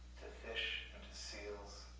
fish and to seals.